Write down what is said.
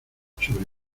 sobre